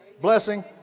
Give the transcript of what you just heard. blessing